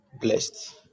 blessed